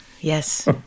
Yes